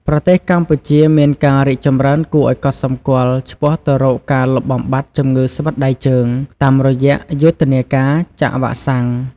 ប្រទេសកម្ពុជាមានការរីកចម្រើនគួរឱ្យកត់សម្គាល់ឆ្ពោះទៅរកការលុបបំបាត់ជំងឺស្វិតដៃជើង តាមរយៈយុទ្ធនាការចាក់វ៉ាក់សាំង។